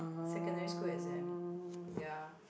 secondary school exam ya